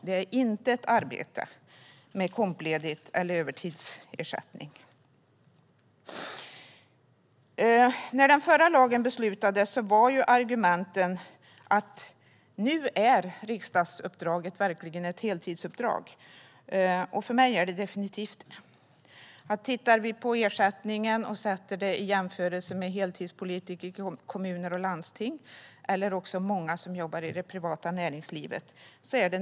Det är inte ett arbete med kompledigt eller övertidsersättning. När den förra lagen beslutades var argumenten att riksdagsuppdraget numera verkligen är ett heltidsuppdrag. För mig är det definitivt det. Man kan göra jämförelser med ersättningen för heltidspolitiker i kommuner och landsting och många som jobbar i det privata näringslivet.